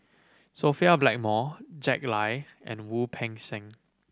Sophia Blackmore Jack Lai and Wu Peng Seng